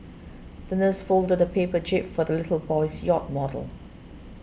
the nurse folded a paper jib for the little boy's yacht model